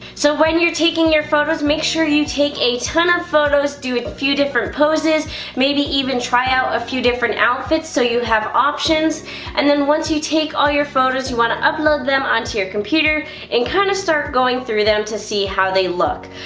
so when you're taking your photos make sure you take a ton of photos do a few different poses maybe even try out a few different outfits so you have options and then once you take all your photos you want to upload them onto your computer and kind of start going through them to see how they look.